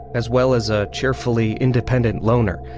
as well as a cheerfully independent loner.